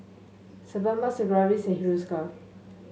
Sebamed Sigvaris Hiruscar